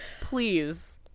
please